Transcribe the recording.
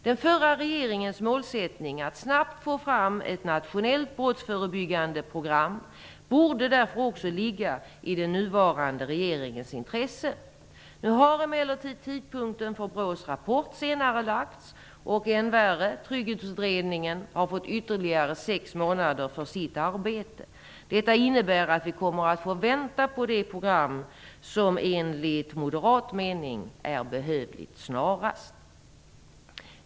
Den förra regeringens målsättning att snabbt få fram ett nationellt brottsförebyggande program borde därför också ligga i den nuvarande regeringens intresse. Nu har emellertid tidpunkten för BRÅ:s rapport senarelagts och, än värre, trygghetsutredningen har fått ytterligare sex månader till förfogande för sitt arbete. Detta innebär att vi kommer att få vänta på det program som enligt moderat mening är behövligt snarast.